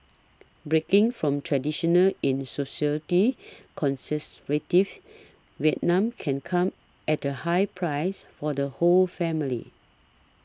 breaking from traditional in socialites conservative Vietnam can come at the high price for the whole family